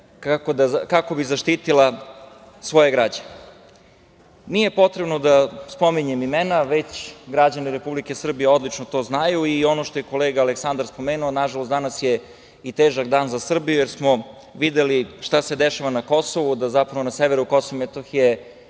kako bi zaštitila svoje građane. Nije potrebno da spominjem imena, već građani Republike Srbije odlično to znaju. Kolega Aleksandar je spomenuo, nažalost, danas je težak dan za Srbiju jer smo videli šta se dešava na Kosovu, da zapravo na severu KiM nije